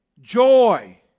joy